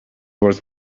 was